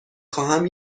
خواهم